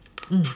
mm